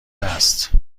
است